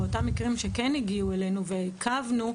באותם מקרים שכן הגיעו אלינו ועיכבנו,